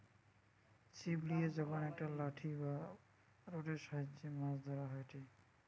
ছিপ লিয়ে যখন একটা লাঠি বা রোডের সাহায্যে মাছ ধরা হয়টে